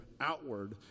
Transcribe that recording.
outward